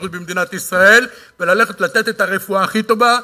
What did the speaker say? הבריאות במדינת ישראל וללכת לתת את הרפואה הכי טובה,